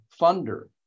funder